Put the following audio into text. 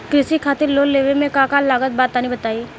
कृषि खातिर लोन लेवे मे का का लागत बा तनि बताईं?